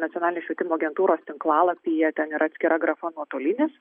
nacionalinė švietimo agentūros tinklalapyje ten yra atskira grafa nuotolinis